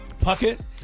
Puckett